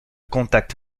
contact